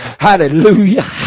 Hallelujah